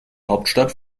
hauptstadt